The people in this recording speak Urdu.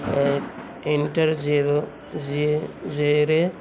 inter zero زیرے